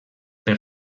per